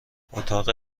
اتاق